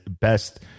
best